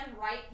right